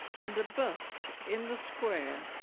and a bus in the square